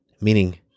meaning